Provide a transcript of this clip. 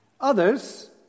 Others